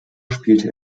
spielte